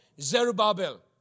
Zerubbabel